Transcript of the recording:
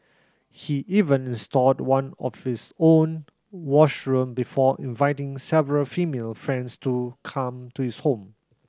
he even installed one of his own washroom before inviting several female friends to come to his home